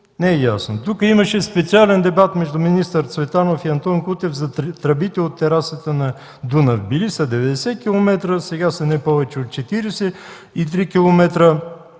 не е ясно?! Тук имаше специален дебат между министър Цветанов и Антон Кутев за тръбите от терасата на Дунав. Били са 90 км, а сега са не повече от 43 км.